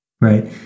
right